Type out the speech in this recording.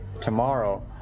tomorrow